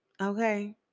Okay